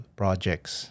projects